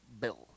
Bill